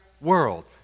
world